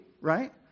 right